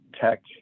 tech